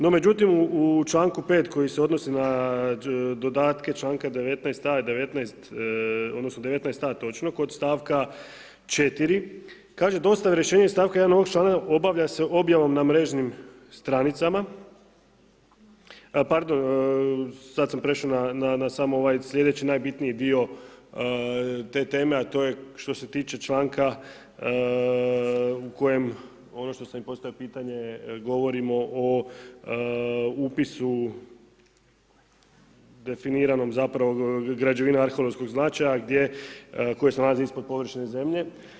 No međutim u članku 5. koji se odnosi na dodatke članka 19. stavak 19, odnosno 19a točno kod stavka 4 kaže dostave rješenja iz stavka 1 ovog članka obavlja se objavom na mrežnim stranicama, pardon, sad sam prešao na sam ovaj sljedeći najbitniji dio te teme, a to je što se tiče članka u kojem, ono što sam i postavio pitanje, govorimo o upisu definiranom zapravo građevine arheološkog značaja koje se nalaze ispod površine zemlje.